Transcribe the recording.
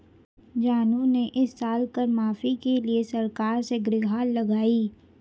जानू ने इस साल कर माफी के लिए सरकार से गुहार लगाई